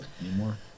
anymore